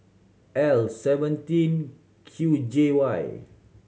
L seventeen Q J Y